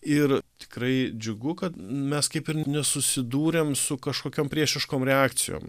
ir tikrai džiugu kad mes kaip ir nesusidūrėm su kažkokiom priešiškom reakcijom